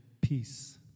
peace